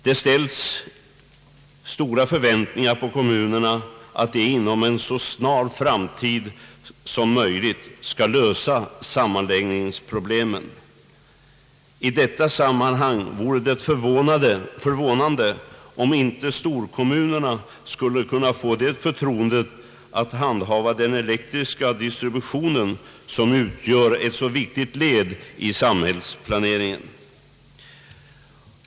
Det ställs stora förväntningar på kommunerna ait de inom en så snar framtid som möjligt skall lösa sammanläggningsproblemen. I detta sammanhang vore det förvånande om inte storkommunerna skulle kunna få förtroendet att handha den elektriska distributionen, som utgör ett så viktigt led i samhällsplaneringen.